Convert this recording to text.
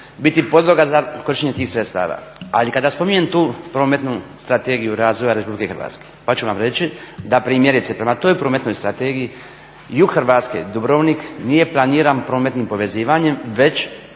biti podloga za korištenje tih sredstava. Ali kada spominjem tu prometnu strategiju razvoja Republike Hrvatske, pa ću vam reći da primjerice prema toj Prometnoj strategiji jug Hrvatske Dubrovnik nije planiran prometnim povezivanjem već